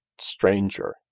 stranger